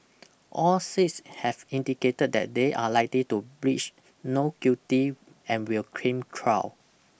all six have indicated that they are likely to pleach not guilty and will cream trial